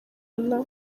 allah